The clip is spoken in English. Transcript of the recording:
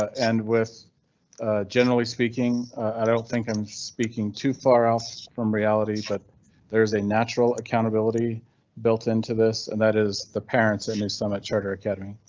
and with generally speaking i don't think i'm speaking to far else from reality. but there is a natural accountability built into this and that is the parents in new summit charter academy.